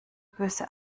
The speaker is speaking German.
böse